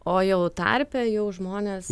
o jau tarpe jau žmonės